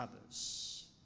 others